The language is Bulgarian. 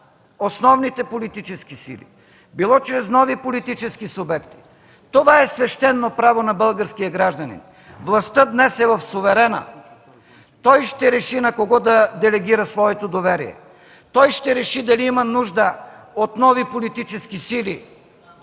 основните политически сили, било чрез нови политически субекти, това е свещено право на българския гражданин. Властта днес е в суверена. Той ще реши на кого да делегира своето доверие, дали има нужда от нови политически сили,